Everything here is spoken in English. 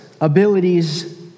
abilities